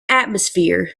atmosphere